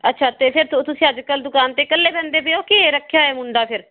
ਅੱਛਾ ਅਤੇ ਫੇਰ ਤੁਸੀਂ ਅੱਜ ਕੱਲ੍ਹ ਦੁਕਾਨ 'ਤੇ ਇਕੱਲੇ ਰਹਿੰਦੇ ਪਏ ਹੋ ਕਿ ਰੱਖਿਆ ਹੋਇਆ ਮੁੰਡਾ ਫੇਰ